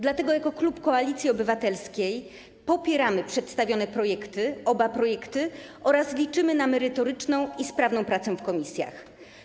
Dlatego jako klub Koalicji Obywatelskiej popieramy oba przedstawione projekty oraz liczymy na merytoryczną i sprawną pracę w komisjach.